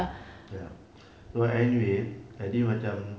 ya so anyway jadi macam